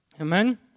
Amen